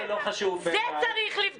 --- אם זה לא חשוב בעינייך --- את זה צריך לבדוק.